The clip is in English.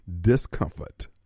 discomfort